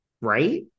right